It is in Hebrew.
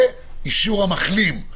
ואישור המחלים,